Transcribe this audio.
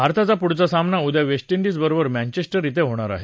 भारताचा पुढचा सामना उद्या वेस्टइंडिजबरोबर मँचेस्टर इथं होणार आहे